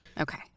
Okay